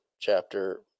chapter